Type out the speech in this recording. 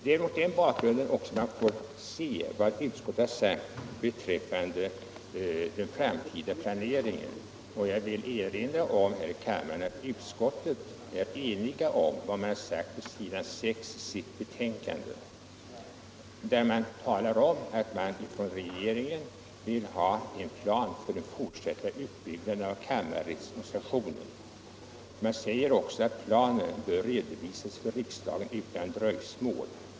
Det är mot den bakgrunden som man också får se vad utskottet sagt beträffande den framtida planeringen. Jag vill erinra om att utskottet är enigt om vad som sägs på s. 6 i betänkandet, där man hos regeringen beställer en plan för fortsatt utbyggnad av kammarrättsorganisationen. Utskottet säger också att planen bör redovisas för riksdagen utan dröjsmål.